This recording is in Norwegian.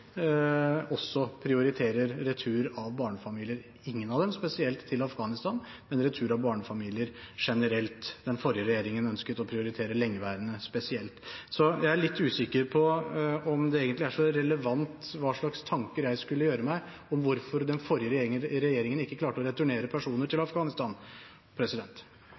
også prioriterte retur av barnefamilier, ingen av dem spesielt til Afghanistan, men retur av barnefamilier generelt. Den forrige regjeringen ønsket å prioritere lengeværende spesielt. Så jeg er litt usikker på om det egentlig er så relevant hva slags tanker jeg skulle gjøre meg om hvorfor den forrige regjeringen ikke klarte å returnere personer til Afghanistan.